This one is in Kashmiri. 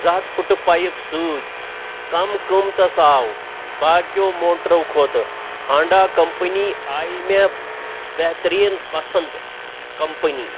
زٕ ہَتھ فُٹہٕ پایپ سۭتۍ کم قۭمتس آو باقِیو موٹرو کھۄتہٕ ہانڈا کمپٔنی آیہِ مےٚ بہتریٖن پسنٛد کمپنی